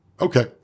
okay